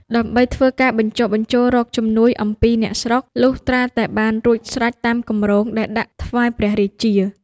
ដើម្បីធ្វើការបញ្ចុះបញ្ចូលរកជំនួយអំពីអ្នកស្រុក លុះត្រាតែបានរួចស្រេចតាមគម្រោងដែលដាក់ថ្វាយព្រះរាជា ។